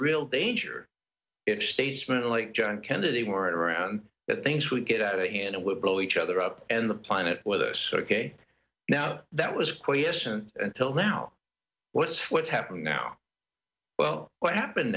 real danger if statesman like john kennedy weren't around that things would get out of hand of liberal each other up and the planet with us ok now that was a question until now what's what's happened now well what happened